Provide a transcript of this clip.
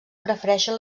prefereixen